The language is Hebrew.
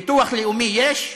ביטוח לאומי יש?